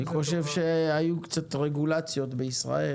אני חושב שהיו קצת רגולציות בישראל